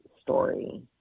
story